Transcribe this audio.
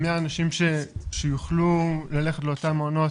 מי האנשים שיוכלו ללכת לאותם מעונות,